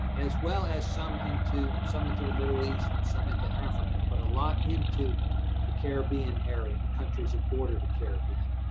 as well as some into some into the middle east and some into africa, but a lot into the caribbean area, countries that border the caribbean.